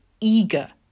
eager